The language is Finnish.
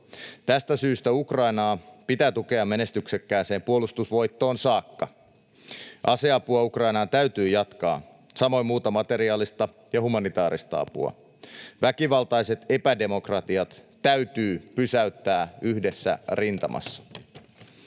Tästä syystä Ukrainaa pitää tukea menestyksekkääseen puolustusvoittoon saakka. Aseapua Ukrainaan täytyy jatkaa, samoin muuta materiaalista ja humanitaarista apua. Väkivaltaiset epädemokratiat täytyy pysäyttää yhdessä rintamassa.